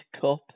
Cup